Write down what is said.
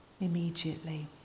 immediately